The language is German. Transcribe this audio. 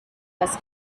das